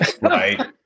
right